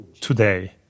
today